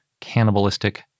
cannibalistic